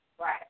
Right